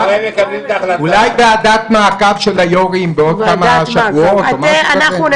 אולי ועדת מעקב של היו"רים בעוד כמה שבועות או משהו כזה.